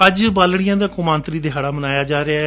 ਅੱਜ ਬਾਲਤੀਆਂ ਦਾ ਕੌਮਾਂਤਰੀ ਦਿਹਾੜਾ ਮਨਾਇਆ ਜਾ ਰਿਹੈ